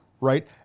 Right